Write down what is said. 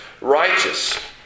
righteous